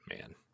man